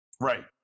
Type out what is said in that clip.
right